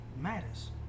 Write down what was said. matters